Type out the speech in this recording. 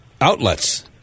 outlets